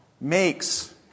makes